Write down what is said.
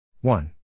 one